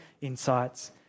insights